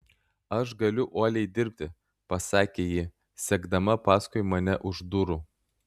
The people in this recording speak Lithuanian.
aš galiu uoliai dirbti pasakė ji sekdama paskui mane už durų